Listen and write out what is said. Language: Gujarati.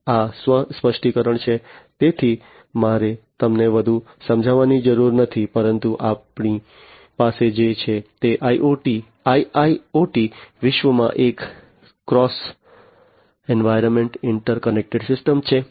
આ સ્વ સ્પષ્ટીકરણ છે તેથી મારે તેમને વધુ સમજાવવાની જરૂર નથી પરંતુ આપણી પાસે જે છે તે IIoT વિશ્વમાં એક ક્રોસ એન્વાયર્નમેન્ટ ઇન્ટરકનેક્ટેડ સિસ્ટમ છે